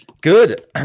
Good